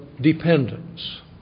Dependence